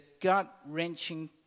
gut-wrenching